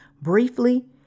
briefly